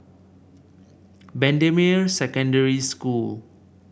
Bendemeer Secondary School